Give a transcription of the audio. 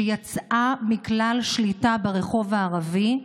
שיצאו מכלל שליטה ברחוב הערבי,